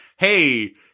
Hey